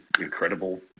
incredible